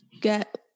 get